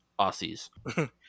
aussies